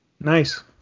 Nice